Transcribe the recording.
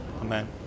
Amen